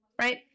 right